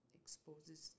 exposes